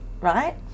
right